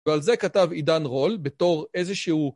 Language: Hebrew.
ועל זה כתב עידן רול בתור איזשהו...